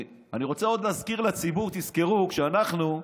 אני רוצה עוד להזכיר לציבור: תזכרו, כשאנחנו,